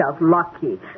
lucky